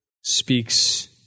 speaks